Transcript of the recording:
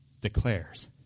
declares